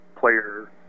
player